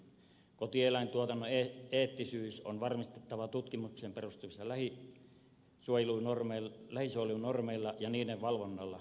kotieläintuotannon eettisyys on varmistettava tutkimukseen perustuvilla eläinsuojelunormeilla ja niiden valvonnalla